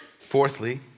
fourthly